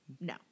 No